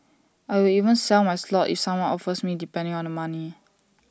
I will even sell my slot if someone offers me depending on the money